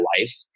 life